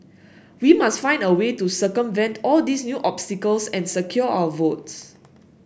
we must find a way to circumvent all these new obstacles and secure our votes